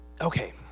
okay